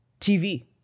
TV